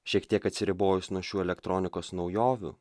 šiek tiek atsiribojus nuo šių elektronikos naujovių